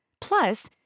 Plus